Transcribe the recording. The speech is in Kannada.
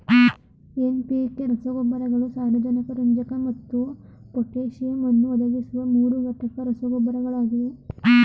ಎನ್.ಪಿ.ಕೆ ರಸಗೊಬ್ಬರಗಳು ಸಾರಜನಕ ರಂಜಕ ಮತ್ತು ಪೊಟ್ಯಾಸಿಯಮ್ ಅನ್ನು ಒದಗಿಸುವ ಮೂರುಘಟಕ ರಸಗೊಬ್ಬರಗಳಾಗಿವೆ